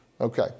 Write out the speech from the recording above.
Okay